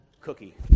cookie